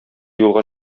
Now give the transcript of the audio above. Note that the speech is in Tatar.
юлга